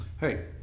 hey